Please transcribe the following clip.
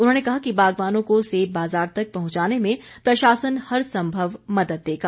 उन्होंने कहा कि बागवानों को सेब बाजार तक पहुंचाने में प्रशासन हरसंभव मदद देगा